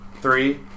three